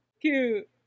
Cute